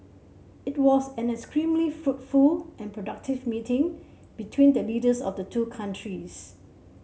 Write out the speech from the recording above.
it was an extremely fruitful and productive meeting between the leaders of the two countries